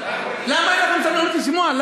למה אין לכם סבלנות לשמוע?